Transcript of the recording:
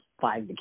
five